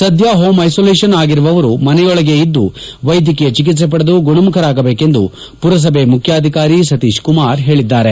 ಸದ್ಯ home isolation ಆಗಿರುವವರು ಮನೆಯೊಳಗೆ ಇದ್ದು ವೈದ್ಯಕೀಯ ಚಿಕಿತ್ಸೆ ಪಡೆದು ಗುಣಮುಖರಾಗಬೇಕೆಂದು ಪುರಸಭೆ ಮುಖ್ಯಾಧಿಕಾರಿ ಸತೀಶ್ಕುಮಾರ್ ಹೇಳಿದ್ದಾರೆ